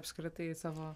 apskritai savo